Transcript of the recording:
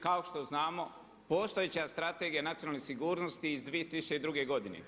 Kao što znamo, postojeća Strategija nacionalne sigurnosti iz 2002. godine.